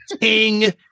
Ting